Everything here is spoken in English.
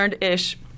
ish